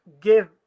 give